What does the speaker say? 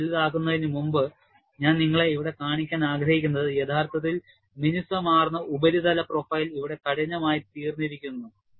ഞാൻ വലുതാക്കുന്നതിനുമുമ്പ് ഞാൻ നിങ്ങളെ ഇവിടെ കാണിക്കാൻ ആഗ്രഹിക്കുന്നത് യഥാർത്ഥത്തിൽ മിനുസമാർന്ന ഉപരിതല പ്രൊഫൈൽ ഇവിടെ കഠിനമായിത്തീർന്നിരിക്കുന്നു